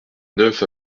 neuf